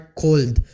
cold